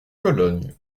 cologne